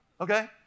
okay